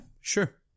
sure